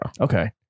Okay